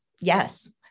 Yes